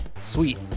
sweet